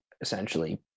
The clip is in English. essentially